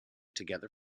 together